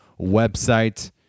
website